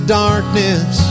darkness